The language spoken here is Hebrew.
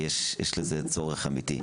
כי יש בזה צורך אמיתי,